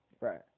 Right